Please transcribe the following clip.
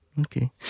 Okay